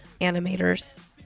animators